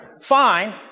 Fine